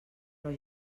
però